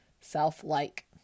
self-like